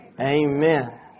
Amen